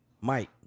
Mike